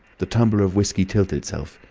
the tumbler of whiskey tilted itself.